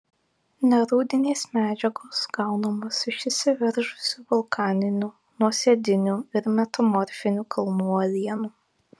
nerūdinės medžiagos gaunamos iš išsiveržusių vulkaninių nuosėdinių ir metamorfinių kalnų uolienų